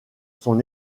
son